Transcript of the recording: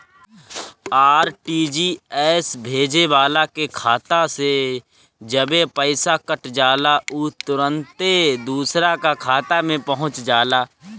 RTGS भेजे वाला के खाता से जबे पईसा कट जाला उ तुरंते दुसरा का खाता में पहुंच जाला